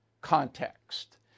context